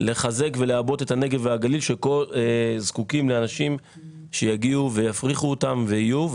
לחזק ולעבות את הנגב והגליל שזקוקים לאנשים שיגיעו ויפריחו אותם ויהיו,